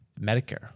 Medicare